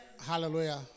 Hallelujah